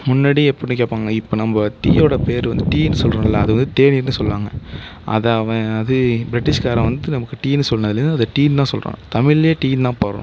முன்னாடி எப்படி கேட்பாங்க இப்போ நம்ம டீயோடய பேர் வந்து டீன்னு சொல்கிறோம்ல அது வந்து தேநீர்னு சொல்வாங்க அதை அவன் இது பிரிட்டிஷ்காரன் வந்து நமக்கு டீன்னு சொன்னதில் இருந்து அதை டீன்னு தான் சொல்கிறோம் தமிழ்லையே டீன்னு தான் போடுகிறோம்